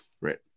Right